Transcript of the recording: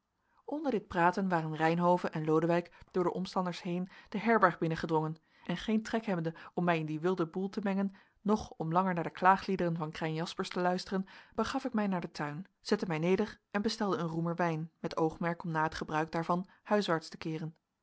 onder dit praten waren reynhove en lodewijk door de omstanders heen de herberg binnengedrongen en geen trek hebbende om mij in dien wilden boel te mengen noch om langer naar de klaagliederen van krijn jaspersz te luisteren begaf ik mij naar den tuin zette mij neder en bestelde een roemer wijn met oogmerk om na het gebruik daarvan huiswaarts te keeren